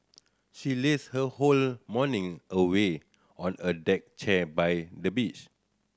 she lazed her whole morning away on a deck chair by the beach